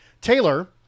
Taylor